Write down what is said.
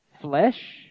flesh